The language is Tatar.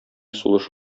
сулыш